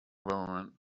moments